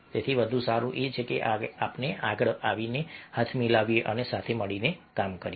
તેથી વધુ સારું છે કે આપણે આગળ આવીએ અને હાથ મિલાવીએ અને સાથે મળીને કામ કરીએ